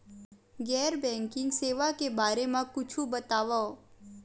गैर बैंकिंग सेवा के बारे म कुछु बतावव?